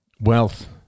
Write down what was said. Wealth